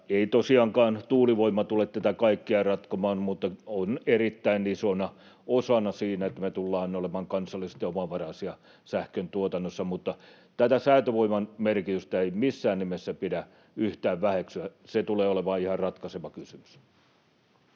Ei tosiaankaan tuulivoima tule tätä kaikkea ratkomaan, mutta on erittäin isona osana siinä, että me tullaan olemaan kansallisesti omavaraisia sähköntuotannossa. Mutta tätä säätövoiman merkitystä ei missään nimessä pidä yhtään väheksyä, se tulee olemaan ihan ratkaiseva kysymys.